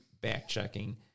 back-checking